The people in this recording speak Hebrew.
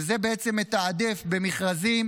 וזה בעצם מתעדף במכרזים,